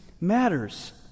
matters